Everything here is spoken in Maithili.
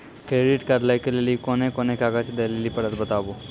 क्रेडिट कार्ड लै के लेली कोने कोने कागज दे लेली पड़त बताबू?